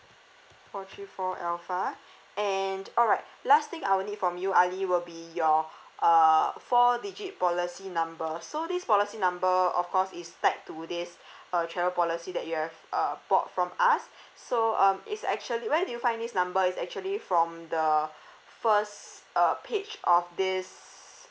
four three four F ah and all right last thing I will need from you ali will be your uh four digit policy number so this policy number of course is tagged to this uh travel policy that you have uh bought from us so um is actually where did you find this number is actually from the first uh page of this